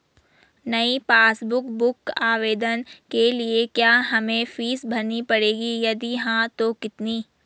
नयी passbook book आवेदन के लिए क्या हमें फीस भरनी पड़ेगी यदि हाँ तो कितनी?